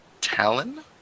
Talon